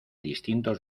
distintos